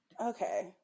Okay